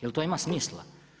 Jel to ima smisla?